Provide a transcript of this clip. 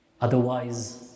Otherwise